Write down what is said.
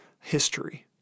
history